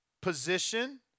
position